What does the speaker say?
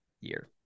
year